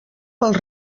pels